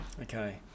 okay